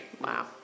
Wow